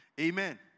Amen